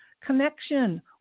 connection